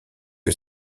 que